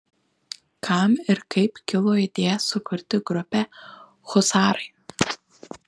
kam ir kaip kilo idėja sukurti grupę husarai